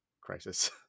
crisis